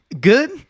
Good